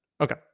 Okay